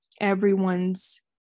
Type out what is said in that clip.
everyone's